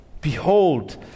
Behold